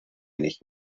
nicht